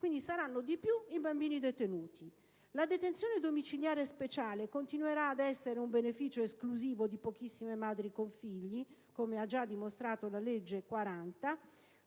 cui saranno di più i bambini detenuti. La detenzione domiciliare speciale continuerà ad essere un beneficio esclusivo di pochissime madri con figli - come ha già dimostrato la legge n.